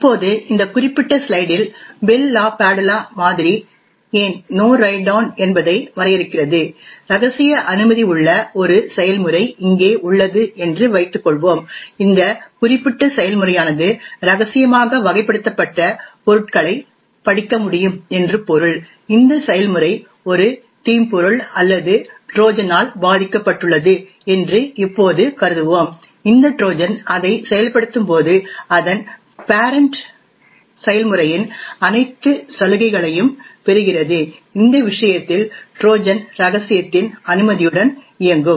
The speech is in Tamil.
இப்போது இந்த குறிப்பிட்ட ஸ்லைடில் பெல் லாபாதுலா மாதிரி ஏன் நோ ரைட் டவுன் என்பதை வரையறுக்கிறது ரகசிய அனுமதி உள்ள ஒரு செயல்முறை இங்கே உள்ளது என்று வைத்துக் கொள்வோம் இந்த குறிப்பிட்ட செயல்முறையானது ரகசியமாக வகைப்படுத்தப்பட்ட பொருட்களைப் படிக்க முடியும் என்று பொருள் இந்த செயல்முறை ஒரு தீம்பொருள் அல்லது ட்ரோஜனால் பாதிக்கப்பட்டுள்ளது என்று இப்போது கருதுவோம் இந்த ட்ரோஜன் அதை செயல்படுத்தும்போது அதன் பரேன்ட் செயல்முறையின் அனைத்து சலுகைகளையும் பெறுகிறது இந்த விஷயத்தில் ட்ரோஜன் ரகசியத்தின் அனுமதியுடன் இயங்கும்